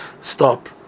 stop